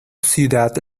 ciudad